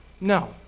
No